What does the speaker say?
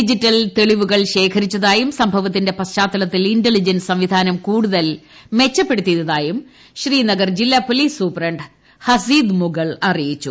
digital തെളിവുകൾ ശേഖരിച്ചതായും സംഭവത്തിന്റെ പശ്ചാത്തലത്തിൽ ഇന്റലിജൻസ് സംവിധാനം കൂടുതൽ മെച്ചപ്പെടുത്തിയതായും ശ്രീനഗർ ജില്ലാ പോലീസ് സൂപ്രണ്ട് ഹസീദ് മുഗൾ അറിയിച്ചു